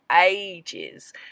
ages